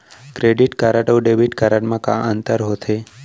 Credit card अऊ debit card मा का अंतर होथे?